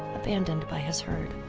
abandoned by his herd.